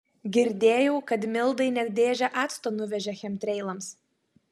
girdėjau kad mildai net dėžę acto nuvežė chemtreilams